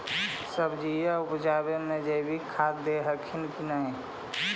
सब्जिया उपजाबे मे जैवीक खाद दे हखिन की नैय?